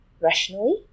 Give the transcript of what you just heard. rationally